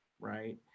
right